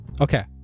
Okay